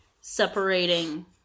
separating